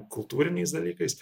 kultūriniais dalykais